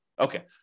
Okay